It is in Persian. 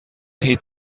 هیچ